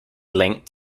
linked